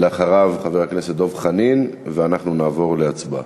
אחריו, חבר הכנסת דב חנין, ואנחנו נעבור להצבעה.